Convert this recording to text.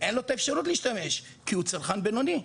ואין לו את האפשרות להשתמש כי הוא צרכן בינוני.